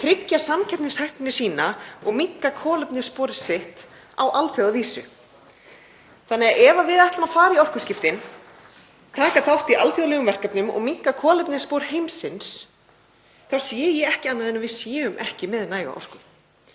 tryggja samkeppnishæfni sína og minnka kolefnisspor sitt á alþjóðavísu. Þannig að ef við ætlum að fara í orkuskiptin, taka þátt í alþjóðlegum verkefnum og minnka kolefnisspor heimsins þá sé ég ekki annað en við séum ekki með næga orku.